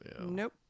Nope